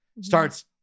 Starts